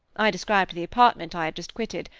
i described the apartment i had just quitted,